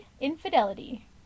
Infidelity